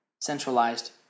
centralized